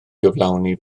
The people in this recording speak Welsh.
gyflawni